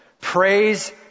Praise